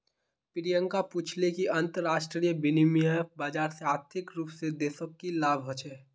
प्रियंका पूछले कि अंतरराष्ट्रीय विनिमय बाजार से आर्थिक रूप से देशक की लाभ ह छे